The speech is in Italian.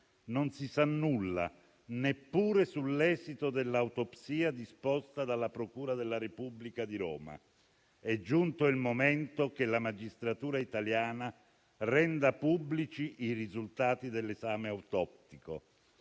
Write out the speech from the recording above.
Non si sa nulla neppure sull'esito dell'autopsia disposta dalla procura della Repubblica di Roma. È giunto il momento che la magistratura italiana renda pubblici i risultati dell'esame autoptico.